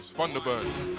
Thunderbirds